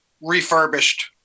refurbished